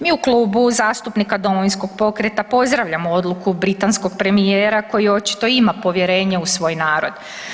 Mi u Klubu zastupnika Domovinskog pokreta pozdravljamo odluku britanskog premijera koji očito ima povjerenje u svoj narod.